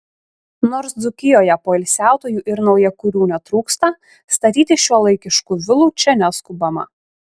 nors dzūkijoje poilsiautojų ir naujakurių netrūksta statyti šiuolaikiškų vilų čia neskubama